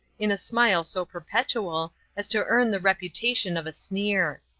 in a smile so perpetual as to earn the reputation of a sneer.